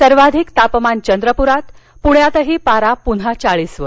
सर्वाधिक तापमान चंद्रपुरात पुण्यातही पारा पुन्हा चाळीसवर